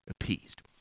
appeased